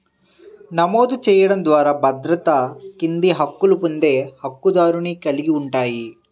నమోదు చేయడం ద్వారా భద్రత కింద హక్కులు పొందే హక్కుదారుని కలిగి ఉంటాయి,